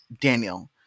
Daniel